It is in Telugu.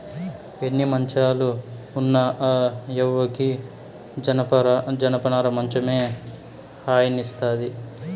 ఎన్ని మంచాలు ఉన్న ఆ యవ్వకి జనపనార మంచమే హాయినిస్తాది